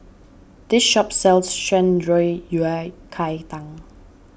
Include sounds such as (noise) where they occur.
this shop sells Shan Rui (unintelligible) Cai Tang